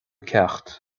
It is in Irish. ceacht